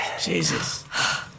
Jesus